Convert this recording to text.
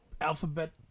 alphabet